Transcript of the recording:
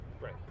Right